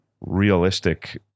realistic